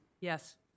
Yes